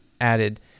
added